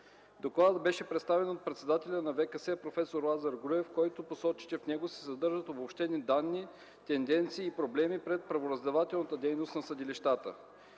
Докладът беше представен от председателя на ВКС проф. Лазар Груев, който посочи, че в него се съдържат обобщени данни, тенденции и проблеми пред правораздавателната дейност на съдилищата.